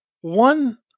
one